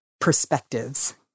perspectives